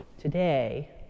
today